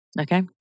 Okay